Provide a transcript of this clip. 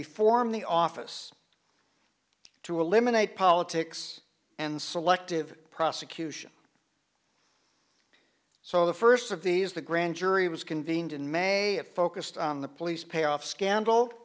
reform the office to eliminate politics and selective prosecution so the first of these the grand jury was convened in may it focused on the police payoff scandal